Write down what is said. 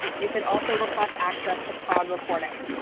you can also request access to cloud recording.